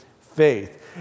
faith